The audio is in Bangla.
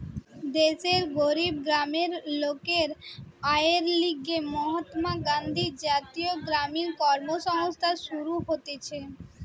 দেশের গরিব গ্রামের লোকের আয়ের লিগে মহাত্মা গান্ধী জাতীয় গ্রামীণ কর্মসংস্থান শুরু হতিছে